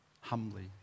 humbly